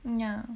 ya